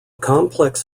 complex